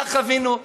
מה חווינו,